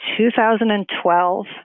2012